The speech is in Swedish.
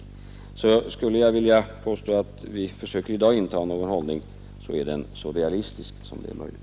Skulle jag alltså vilja påstå att vi i dag försöker inta någon hållning så är den så realistisk som det är möjligt.